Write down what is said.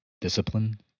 Discipline